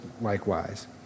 likewise